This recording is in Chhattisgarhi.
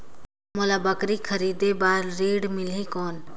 मोला बकरी खरीदे बार ऋण मिलही कौन?